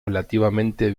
relativamente